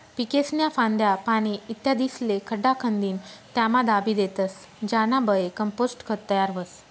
पीकेस्न्या फांद्या, पाने, इत्यादिस्ले खड्डा खंदीन त्यामा दाबी देतस ज्यानाबये कंपोस्ट खत तयार व्हस